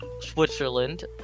Switzerland